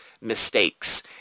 mistakes